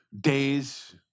days